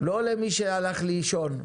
לא למי שהלך לישון.